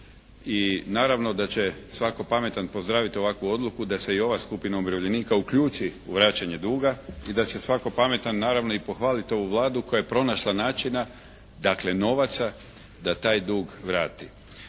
i naravno da će svako pametan pozdraviti ovakvu odluku da se i ova skupina umirovljenika uključi u vraćanje duga i da će svako pametan naravno i pohvaliti ovu Vladu koja je pronašla načina, dakle novaca da taj dug vrati.